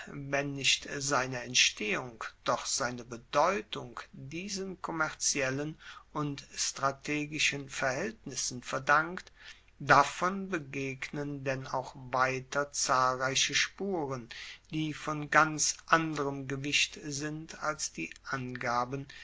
wenn nicht seine entstehung doch seine bedeutung diesen kommerziellen und strategischen verhaeltnissen verdankt davon begegnen denn auch weiter zahlreiche spuren die von ganz anderem gewicht sind als die angaben